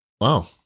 Wow